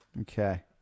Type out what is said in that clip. okay